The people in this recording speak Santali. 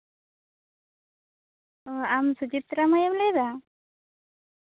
ᱟᱢ ᱥᱩᱪᱤᱛᱨᱟ ᱢᱟᱹᱭ ᱮᱢ ᱞᱟᱹᱭ ᱮᱫᱟ